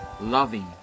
loving